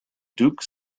duke